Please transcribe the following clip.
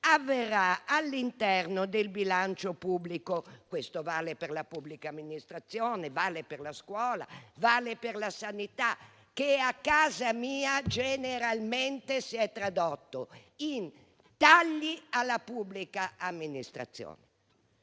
avverrà all'interno del bilancio pubblico. Questo vale per la pubblica amministrazione, per la scuola e per la sanità e "a casa mia" generalmente si traduce in tagli alla pubblica amministrazione